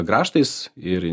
grąžtais ir